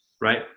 right